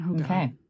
Okay